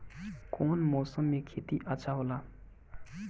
कौन मौसम मे खेती अच्छा होला?